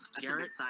garrett